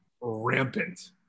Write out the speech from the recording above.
rampant